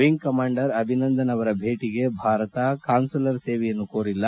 ಎಂಗ್ commander Abhinandan ಅವರ ಭೇಟಗೆ Bharat consular ಸೇವೆಯನ್ನು ಕೋರಿಲ್ಲ